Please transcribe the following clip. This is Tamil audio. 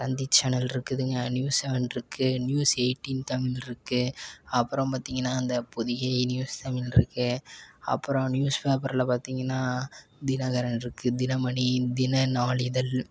தந்தி சேனல் இருக்குதுங்க நியூஸ் செவன் இருக்குது நியூஸ் எயிட்டீன் தமிழ் இருக்குது அப்புறம் பார்த்திங்கனா அந்த பொதிகை நியூஸ் தமில் இருக்குது அப்புறம் நியூஸ் பேப்பர்ல பார்த்திங்கனா தினகரன் இருக்குது தினமணி தினநாளிதழ்